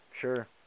sure